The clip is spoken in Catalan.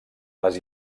les